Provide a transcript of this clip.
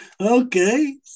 Okay